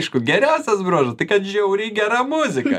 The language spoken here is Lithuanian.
aišku geriausias bruožas tai kad žiauriai gera muzika